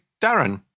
Darren